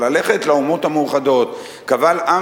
אבל ללכת לאומות המאוחדות וקבל עם